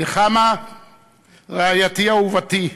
נחמה רעייתי אהובתי,